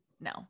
No